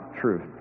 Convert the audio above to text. truth